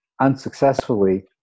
unsuccessfully